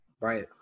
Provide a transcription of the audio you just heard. Right